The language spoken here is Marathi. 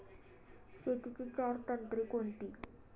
शेतीची चार तंत्रे कोणती?